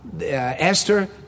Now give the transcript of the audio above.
Esther